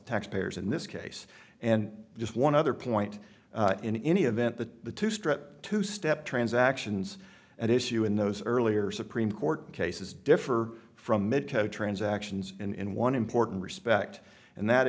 taxpayers in this case and just one other point in any event that the two strip to step transactions and issue in those earlier supreme court cases differ from transactions in one important respect and that